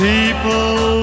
People